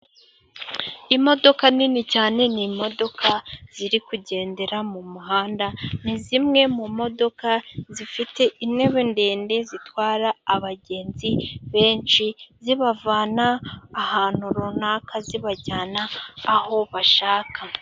Imodoka nini cyane ni imodoka ziri kugendera mu muhanda, ni zimwe mu modoka zifite intebe ndende zitwara abagenzi benshi, zibavana ahantu runaka zibajyana aho bashaka.